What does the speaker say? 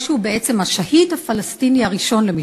ישו הוא בעצם השהיד הפלסטיני הראשון.